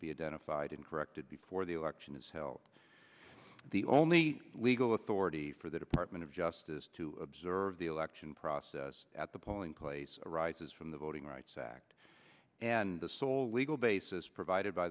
and corrected before the election is held the only legal authority for the department of justice to observe the election process at the polling place arises from the voting rights act and the sole legal basis provided by